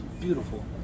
Beautiful